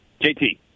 JT